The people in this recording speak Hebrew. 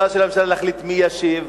זכותה של הממשלה להחליט מי ישיב.